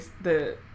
the-